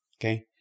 Okay